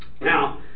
Now